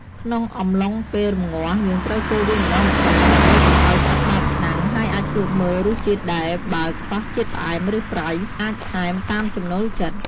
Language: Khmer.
ក្នុងអំឡុងពេលរម្ងាស់ យើងត្រូវកូរវាម្ដងម្កាល ដើម្បីកុំឱ្យស្អិតបាតឆ្នាំង ហើយអាចភ្លក្សមើលរសជាតិដែរ បើខ្វះជាតិផ្អែម ឬប្រៃ អាចថែមតាមចំណូលចិត្ត។